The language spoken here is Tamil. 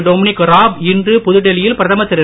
டொமினிக் ராப் இன்று புதுடெல்லியில் பிரதமர் திரு